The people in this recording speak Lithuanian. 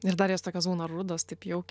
ir dar jos būna tokios rudos taip jaukiai